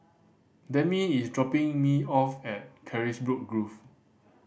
Demi is dropping me off at Carisbrooke Grove